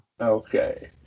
Okay